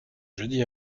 jeudi